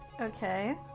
Okay